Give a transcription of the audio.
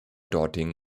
dortigen